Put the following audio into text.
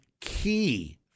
key